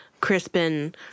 Crispin